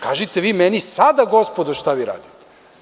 Kažite vi meni sada, gospodo, šta vi radite?